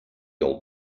old